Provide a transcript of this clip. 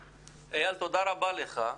(היו"ר סמי אבו שחאדה) איל, תודה רבה לך.